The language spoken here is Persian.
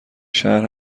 شهر